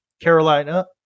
Carolina